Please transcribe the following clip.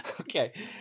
Okay